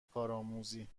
کارآموزی